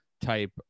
type